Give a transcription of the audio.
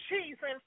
Jesus